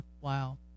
Wow